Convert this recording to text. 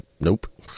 nope